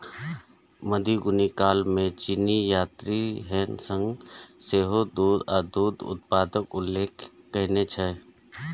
मध्ययुगीन काल मे चीनी यात्री ह्वेन सांग सेहो दूध आ दूध उत्पादक उल्लेख कयने छै